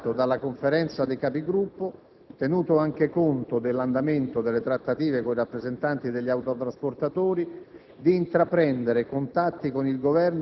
La Presidenza ha inoltre avuto mandato dalla Conferenza dei Capigruppo, tenuto anche conto dell'andamento delle trattative con i rappresentanti degli autotrasportatori,